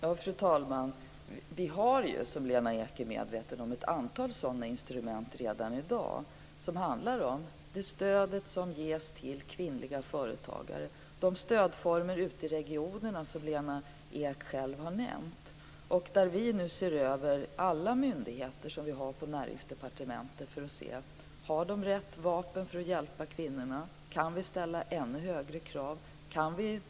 Fru talman! Som Lena Ek är medveten om finns det ett antal sådana instrument redan i dag. Det handlar t.ex. om det stöd som ges till kvinnliga företagare och de stödformer som finns ute i regionerna och som Lena Ek själv nämnde. Vi ser nu över alla myndigheter som ligger under Näringsdepartementet för att se om de har rätt vapen för att hjälpa kvinnorna. Kan vi ställa ännu högre krav?